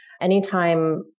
anytime